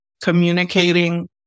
communicating